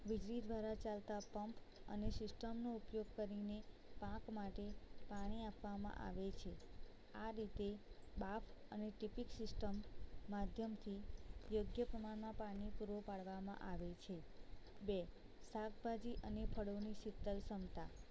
વીજળી દ્વારા ચાલતા પંપ અને સિસ્ટમનો ઉપયોગ કરીને પાક માટે પાણી આપવામાં આવે છે આ રીતે બાફ અને ટપક સિસ્ટમ માધ્યમથી યોગ્ય પ્રમાણમાં પાણી પૂરું પાડવામાં આવે છે બે શાક ભાજી અને ફળોની શીતલ ક્ષમતા